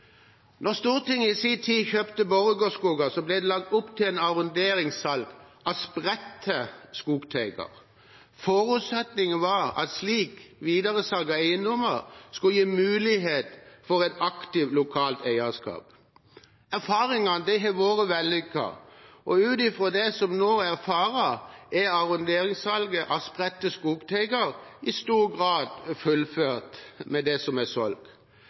Stortinget i sin tid kjøpte Borregaard Skoger, ble det lagt opp til et arronderingssalg av spredte skogteiger. Forutsetningen var at et slikt videresalg av eiendommer skulle gi muligheter for et aktivt lokalt eierskap. Erfaringene har vært vellykkete. Ut fra det vi nå erfarer, er arronderingssalget av spredte skogteiger i stor grad fullført med det som er